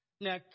Now